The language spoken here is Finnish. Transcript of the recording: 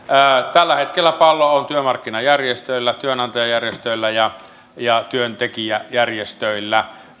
tällä hetkellä pallo on työmarkkinajärjestöillä työnantajajärjestöillä ja ja työntekijäjärjestöillä